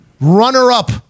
runner-up